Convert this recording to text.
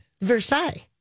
Versailles